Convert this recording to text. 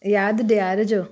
यादि ॾियारिजो